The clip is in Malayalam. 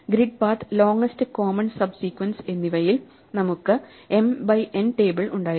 grid path longest common subsequence എന്നയവയിൽ നമുക്ക് m ബൈ n ടേബിൾ ഉണ്ടായിരുന്നു